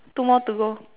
two more to go